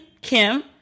Kim